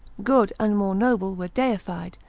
good and more noble were deified,